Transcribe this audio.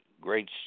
great